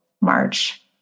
March